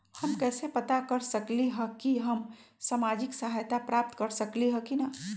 हम कैसे पता कर सकली ह की हम सामाजिक सहायता प्राप्त कर सकली ह की न?